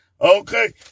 Okay